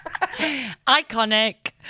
Iconic